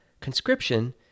Conscription